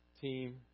team